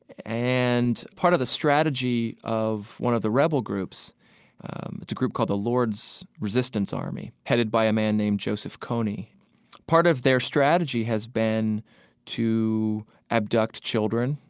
and part of the strategy of one of the rebel groups it's a group called the lord's resistance army, headed by a man named joseph kony part of their strategy has been to abduct children,